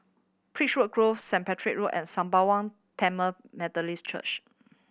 Beechwood Grove Saint Patrick Road and Sembawang Tamil Methodist Church